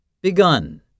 begun